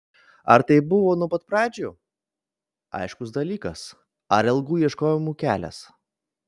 ar tai buvo nuo pat pradžių aiškus dalykas ar ilgų ieškojimų kelias